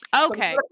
Okay